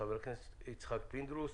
חבר הכנסת יצחק פינדרוס,